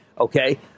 Okay